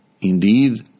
indeed